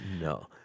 No